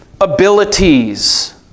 abilities